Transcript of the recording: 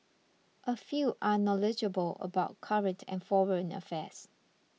a few are knowledgeable about current and foreign affairs